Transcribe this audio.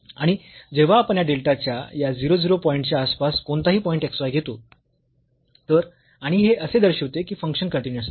आणिजेव्हा आपण या डेल्टा च्या या 0 0 पॉईंट च्या आसपास कोणताही पॉईंट xy घेतो तर आणि हे असे दर्शविते की फंक्शन कन्टीन्यूअस आहे